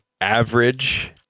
average